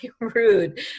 rude